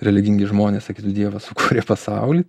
religingi žmonės sakytų dievas sukūrė pasaulį